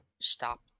Stop